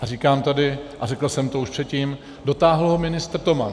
A říkám tady a řekl jsem to už předtím, dotáhl ho ministr Toman.